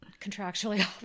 contractually